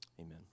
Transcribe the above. Amen